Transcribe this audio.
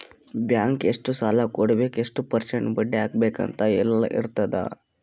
bank ಎಷ್ಟ ಸಾಲಾ ಕೊಡ್ಬೇಕ್ ಎಷ್ಟ ಪರ್ಸೆಂಟ್ ಬಡ್ಡಿ ಹಾಕ್ಬೇಕ್ ಅಂತ್ ಎಲ್ಲಾ ಇರ್ತುದ್